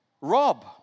Rob